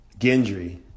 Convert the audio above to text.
Gendry